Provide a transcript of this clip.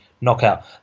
knockout